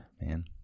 man